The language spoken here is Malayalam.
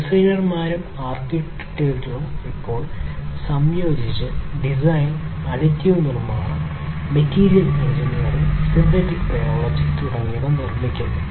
ഡിസൈനർമാരും ആർക്കിടെക്റ്റുകളും ഇപ്പോൾ സംയോജിച്ച് ഡിസൈൻ അഡിറ്റീവ് നിർമ്മാണം മെറ്റീരിയൽ എഞ്ചിനീയറിംഗ് സിന്തറ്റിക് ബയോളജി തുടങ്ങിയവ നിർമ്മിക്കുന്നു